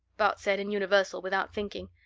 bart said in universal, without thinking.